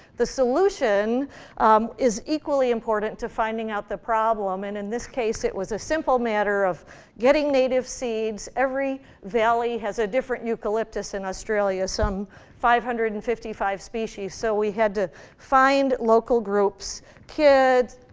the solution is equally important to finding out the problem, and in this case, it was a simple matter of getting native seeds. every valley has a different eucalyptus in australia some five hundred and fifty five species. so we had to find local groups kids,